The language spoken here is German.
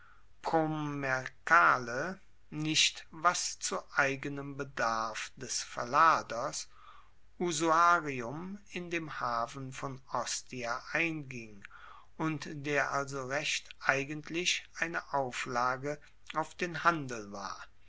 nicht was zu eigenem bedarf des verladers usuarium in dem hafen von ostia einging und der also recht eigentlich eine auflage auf den handel war